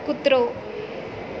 કૂતરો